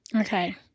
Okay